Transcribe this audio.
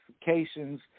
specifications